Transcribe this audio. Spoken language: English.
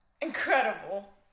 Incredible